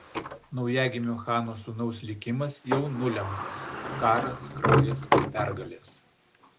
naujagimio chano sūnaus likimas jau nulemtas karas kraujas ir pergalės